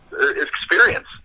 experience